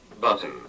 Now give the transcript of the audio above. Button